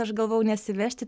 aš galvojau nesivežti